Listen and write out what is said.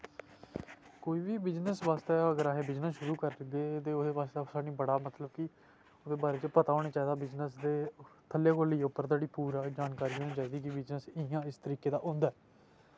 कोई बी बिजनस बास्तै अगर अस बिजनस शुरू करगे ते ओह्दे बास्ते साह्नू बड़ा मतलब कि ओह्दे बारे च पता होना चाहिदा बिजनस दे थल्ले कोला लेइयै उप्पर धोड़ी पूरा जानकारी होनी चाहिदी कि बिजनस इ'यां इस तरीके दा होंदा ऐ